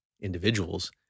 individuals